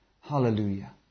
Hallelujah